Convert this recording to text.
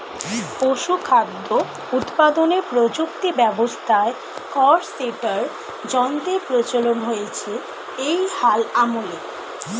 পশুখাদ্য উৎপাদনের প্রযুক্তি ব্যবস্থায় খড় শ্রেডার যন্ত্রের প্রচলন হয়েছে এই হাল আমলে